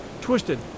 twisted